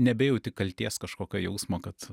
nebejauti kaltės kažkokio jausmo kad